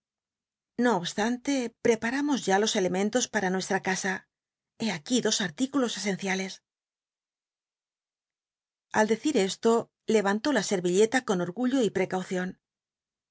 xo obstante preparamos ya los elementos para nuestra casa hé aqui dos artículos esenciales al decir cslo levantó la senilleta con orgullo y precaucion